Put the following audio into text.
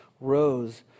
rose